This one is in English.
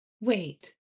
Wait